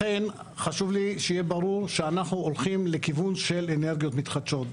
חשוב לי שיהיה ברור שאנחנו הולכים לכיוון של אנרגיות מתחדשות.